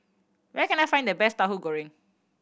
where can I find the best Tahu Goreng